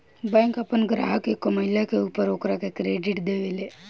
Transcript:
bank आपन ग्राहक के कमईला के ऊपर ओकरा के क्रेडिट देवे ले